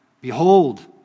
Behold